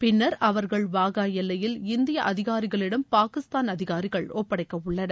பின்னர் அவர்கள் வாகா எல்லையில் இந்திய அதிகாரிகளிடம் பாகிஸ்தான் அதிகாரிகள் ஒப்படைக்க உள்ளனர்